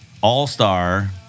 all-star